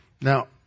Now